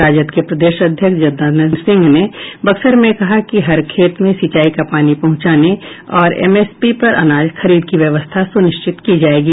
राजद के प्रदेश अध्यक्ष जगदानंद सिंह ने बक्सर में कहा कि हर खेत में सिंचाई का पानी पहुंचाने और एमएसपी पर अनाज खरीद की व्यवस्था सुनिश्चित की जायेगी